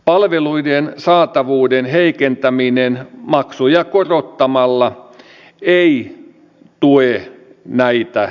palveluiden saatavuuden heikentäminen maksuja korottamalla ei tue näitä tavoitteita